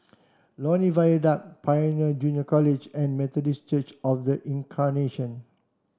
Lornie Viaduct Pioneer Junior College and Methodist Church Of The Incarnation